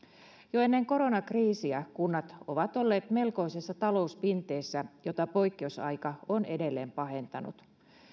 jo ennen koronakriisiä kunnat ovat olleet melkoisessa talouspinteessä jota poikkeusaika on edelleen pahentanut